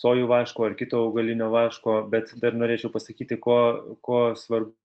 sojų vaško ar kito augalinio vaško bet dar norėčiau pasakyti ko ko svarbu